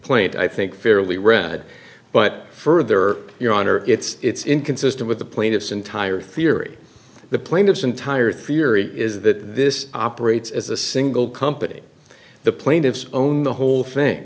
complaint i think fairly read but further your honor it's inconsistent with the plaintiff's entire theory the plaintiff's entire theory is that this operates as a single company the plaintiffs own the whole thing